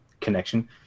connection